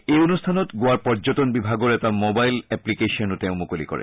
এই অনুষ্ঠানত গোৱাৰ পৰ্যটন বিভাগৰ এটা মোবাইল এপ্লিকেশ্যনো মুকলি কৰা হয়